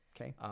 Okay